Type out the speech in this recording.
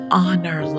honor